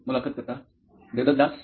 मुलाखत कर्ता देवदत दास